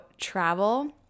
travel